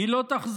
היא לא תחזור.